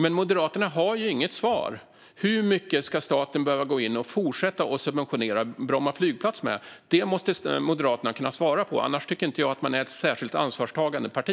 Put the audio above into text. De har dock inget svar på frågan om hur mycket staten ska behöva gå in och fortsätta att subventionera Bromma flygplats med. Det måste Moderaterna kunna svara på, annars tycker inte jag att man är ett särskilt ansvarstagande parti.